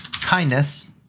kindness